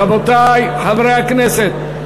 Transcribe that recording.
רבותי חברי הכנסת,